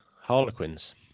Harlequins